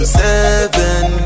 seven